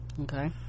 okay